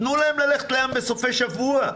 תנו להם ללכת לים בסופי שבוע.